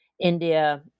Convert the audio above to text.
India